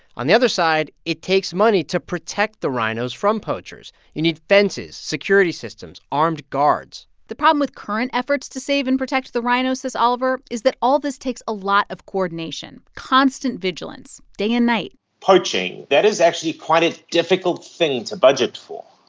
on the other side, side, it takes money to protect the rhinos from poachers. you need fences, security systems, armed guards the problem with current efforts to save and protect the rhinos, says oliver, is that all this takes a lot of coordination, constant vigilance day and night poaching that is actually quite a difficult thing to budget for,